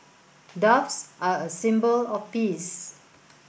doves are a symbol of peace